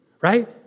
Right